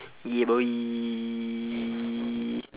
yeah boy